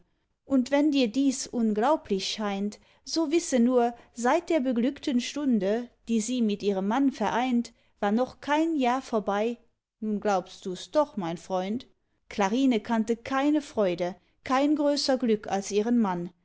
und wenn dir dies unglaublich scheint so wisse nur seit der beglückten stunde die sie mit ihrem mann vereint war noch kein jahr vorbei nun glaubst dus doch mein freund clarine kannte keine freude kein größer glück als ihren mann